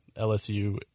LSU